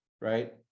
right